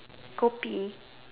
kopi